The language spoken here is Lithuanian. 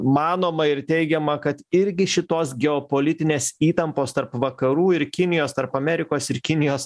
manoma ir teigiama kad irgi šitos geopolitinės įtampos tarp vakarų ir kinijos tarp amerikos ir kinijos